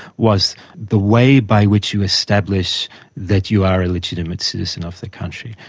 was the way by which you establish that you are a legitimate citizen of the country.